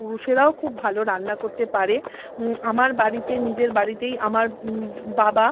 পুরুষেরাও খুব ভালো রান্না করতে পারে আমার বাড়িতে নিজের বাড়িতেই আমার বাবা